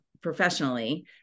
professionally